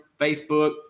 Facebook